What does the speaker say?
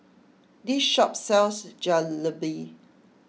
this shop sells Jalebi